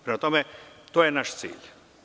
Prema tome, to je naš cilj.